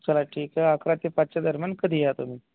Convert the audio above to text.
चला ठीक आहे अकरा ते पाचच्या दरम्यान कधीही या तुम्ही